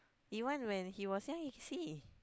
even when he was young he can see